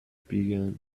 began